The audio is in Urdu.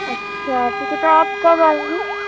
اچھا ٹھیک ہے تو آپ کب آئیں گی